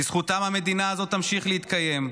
בזכותם המדינה הזאת תמשיך להתקיים,